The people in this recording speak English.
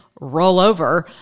rollover